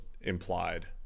implied